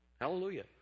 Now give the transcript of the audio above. Hallelujah